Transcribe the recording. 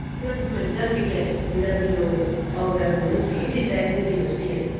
can i just mention, don't forget in aboriginal, old aboriginal history, you did bad things, you were speared,